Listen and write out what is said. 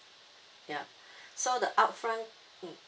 ya so the upfront mm